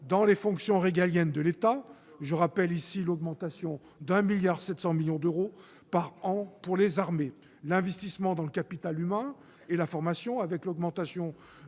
dans les fonctions régaliennes de l'État- je rappelle ici l'augmentation de 1,7 milliard d'euros par an pour les armées ; l'investissement dans le capital humain et la formation, avec l'augmentation